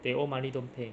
they owe money don't pay